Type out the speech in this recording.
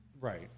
right